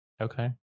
Okay